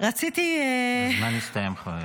הזמן הסתיים.